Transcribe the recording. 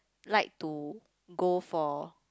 like to go for